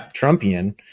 Trumpian